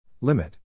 Limit